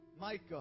Micah